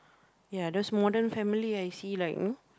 ya those modern family ah you see like mm